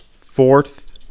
Fourth